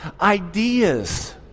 Ideas